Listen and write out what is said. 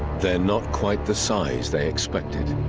they're not quite the size they expected